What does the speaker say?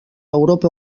europa